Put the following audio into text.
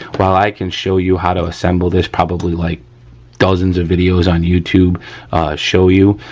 while i can show you how to assemble this probably like dozens of videos on youtube show you,